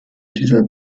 dieser